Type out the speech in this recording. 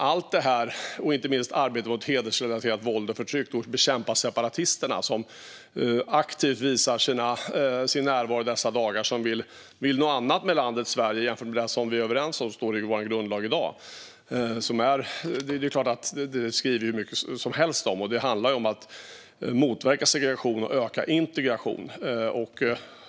Allt detta, och inte minst arbetet mot hedersrelaterat våld och förtryck och att bekämpa separatisterna som aktivt visar sin närvaro dessa dagar och som vill någonting annat med landet Sverige jämfört med det som vi är överens om och som står i vår grundlag i dag, skriver vi hur mycket som helst om. Det handlar om att motverka segregationen och öka integrationen.